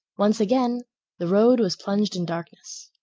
once again the road was plunged in darkness.